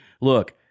Look